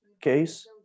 case